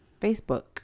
Facebook